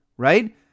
Right